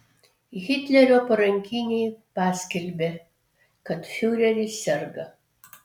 hitlerio parankiniai paskelbė kad fiureris serga